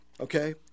Okay